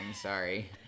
Sorry